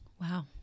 Wow